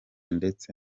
ndetse